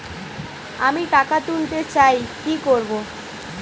আমি টাকা তুলতে চাই কি করব?